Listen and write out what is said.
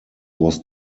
was